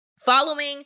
following